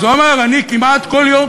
אז הוא אמר: אני כמעט כל יום.